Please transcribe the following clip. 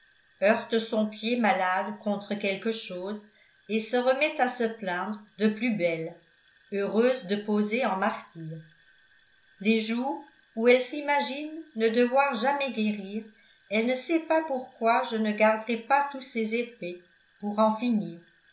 heurte son pied malade contre quelque chose et se remet à se plaindre de plus belle heureuse de poser en martyre les jours où elle s'imagine ne devoir jamais guérir elle ne sait pas pourquoi je ne garderais pas tous ses effets pour en finir